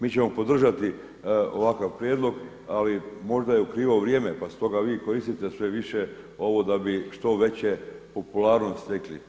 Mi ćemo podržati ovakav prijedloga, ali možda je u krivo vrijeme pa stoga vi koristite sve više ovo da bi što veće popularnost stekli.